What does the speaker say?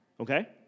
okay